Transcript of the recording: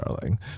darling